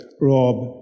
Rob